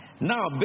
Now